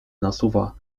nasuwa